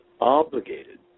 obligated